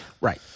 right